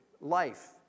life